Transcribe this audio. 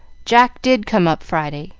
jack did come up friday.